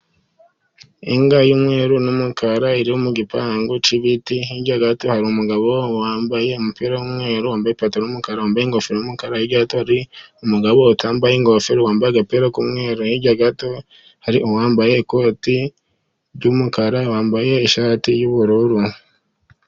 Inka y'umweru n'umukara iri mu gipangu cy'ibiti. Hirya gato, hari umugabo wambaye umupira w'umweru, wambaye ipantaro y'umukara, wambaye ingofero y'umukara. Hirya gato, hari umugabo utambaye ingofero, wambaye agapira k'umweru. Hirya gato, hari uwambaye ikoti ry'umukara, wambaye ishati y'ubururu.